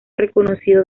reconocido